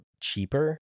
cheaper